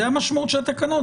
זו המשמעות של התקנות,